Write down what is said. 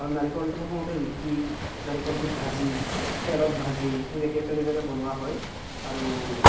আৰু নাৰিকলটো প্ৰথমতে ৰুকি নাৰিকলটো ভাজি তেলত ভাজি সেনেকৈ তেনেদৰে বনোৱা হয় আৰু